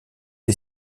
est